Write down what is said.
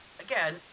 again